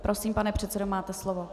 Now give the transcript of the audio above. Prosím, pane předsedo, máte slovo.